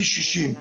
פי 60,